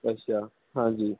ਅੱਛਾ ਹਾਂਜੀ